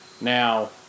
Now